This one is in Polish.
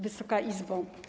Wysoka Izbo!